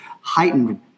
heightened